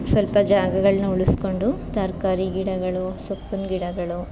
ಸ್ವಲ್ಪ ಜಾಗಗಳನ್ನ ಉಳಿಸ್ಕೊಂಡು ತರಕಾರಿ ಗಿಡಗಳು ಸೊಪ್ಪಿನ ಗಿಡಗಳು